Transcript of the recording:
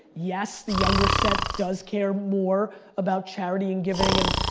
yes, the younger set does care more about charity and giving and,